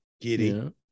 Giddy